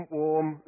warm